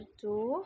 two